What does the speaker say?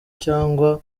cyangwa